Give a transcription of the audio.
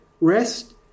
rest